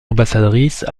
ambassadrice